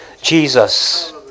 Jesus